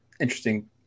interesting